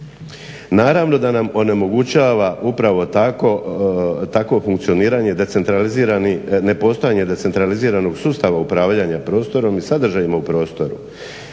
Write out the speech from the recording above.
Naravno da nam onemogućava upravo takvo nepostojanje decentraliziranog sustava upravljanja prostorom i sadržajima u prostoru.